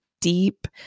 deep